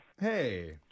Hey